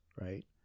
right